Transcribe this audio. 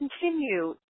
continue